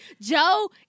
joe